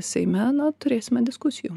seime na turėsime diskusijų